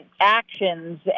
actions